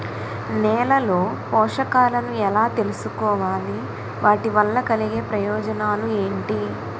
నేలలో పోషకాలను ఎలా తెలుసుకోవాలి? వాటి వల్ల కలిగే ప్రయోజనాలు ఏంటి?